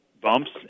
bumps